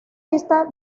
vista